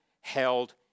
held